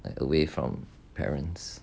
away from parents